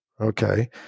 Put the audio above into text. Okay